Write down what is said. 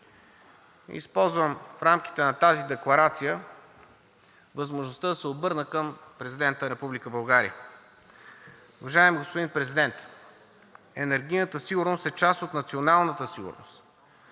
Използвам в рамките на тази декларация възможността да се обърна към Президента на Република България: Уважаеми господин Президент, енергийната сигурност е част от националната сигурност.